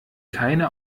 keine